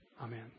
Amen